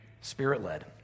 spirit-led